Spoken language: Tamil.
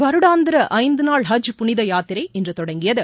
வருடாந்திர ஐந்து நாள் ஹஜ் புனித யாத்திரை இன்று தொடங்கியது